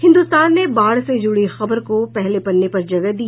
हिन्दुस्तान ने बाढ़ से जुड़ी खबर को पहले पन्ने पर जगह दी